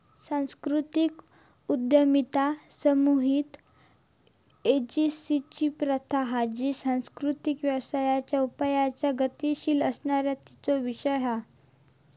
सांस्कृतिक उद्यमिता सामुहिक एजेंसिंची प्रथा हा जी सांस्कृतिक व्यवसायांच्या उपायांचा गतीशील असणा तेचो विशेष हा